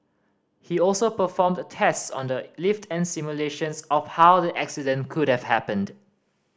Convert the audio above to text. he also performed tests on the lift and simulations of how the accident could have happened